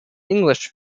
english